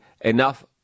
enough